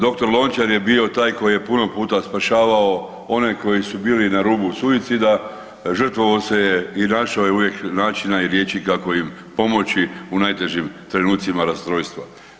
Dr. Lončar je bio taj koji je puno puta spašavao one koji su bili na rubu suicida, žrtvovao se je i našao je uvijek načina i riječi kako im pomoći u najtežim trenutcima rastrojstva.